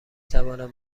توانم